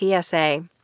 TSA